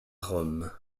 rome